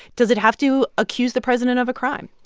does it have to accuse the president of a crime?